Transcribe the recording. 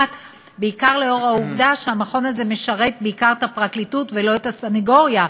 בעיקר לאור העובדה שהמכון הזה משרת בעיקר את הפרקליטות ולא את הסנגוריה.